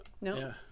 No